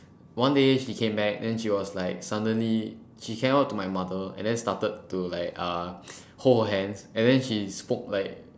one day she came back then she was like suddenly she came out to my mother and then started to like uh hold herhands and then she spoke like